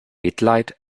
mitleid